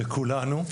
לכולנו,